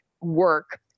work